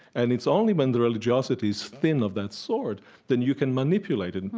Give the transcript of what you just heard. and it's only when the religiosity's thin of that sort then you can manipulate it.